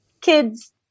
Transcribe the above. kids